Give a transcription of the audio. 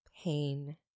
pain